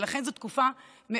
ולכן זאת תקופה זמנית,